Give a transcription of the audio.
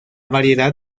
variedad